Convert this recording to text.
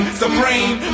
supreme